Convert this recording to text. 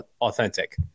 authentic